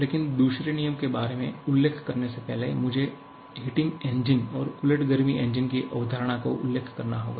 लेकिन दूसरे नियम के बारे में उल्लेख करने से पहले मुझे हीटिंग इंजन और उलट गर्मी इंजन की अवधारणा का उल्लेख करना होगा